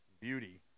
beauty